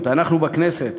אנחנו בכנסת,